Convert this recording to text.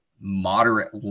moderate